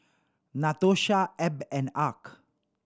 Natosha Ebb and Arch